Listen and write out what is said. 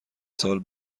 سال